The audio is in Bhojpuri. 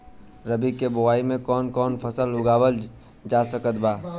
रबी के बोआई मे कौन कौन फसल उगावल जा सकत बा?